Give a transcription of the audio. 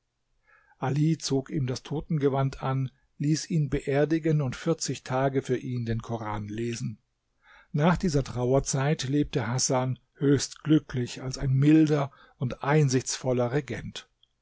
ali zog ihm das totengewand an ließ ihn beerdigen und vierzig tage für ihn den koran lesen nach dieser trauerzeit lebte hasan höchst glücklich als ein milder und einsichtsvoller regent